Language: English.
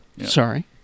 Sorry